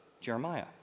Jeremiah